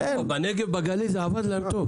בנגב ובגליל זה עבד להם טוב.